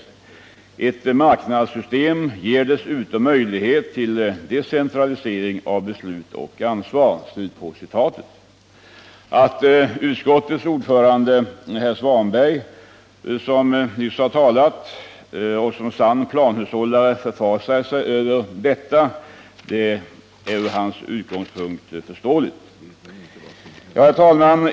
Ett marknadssystem ger dessutom möjlighet till decentralisering av beslut och ansvar.” Att utskottets ordförande herr Svanberg, som nyss har talat, som sann planhushållare förfasar sig över detta är från hans utgångspunkt förståeligt. Herr talman!